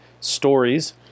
stories